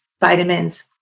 vitamins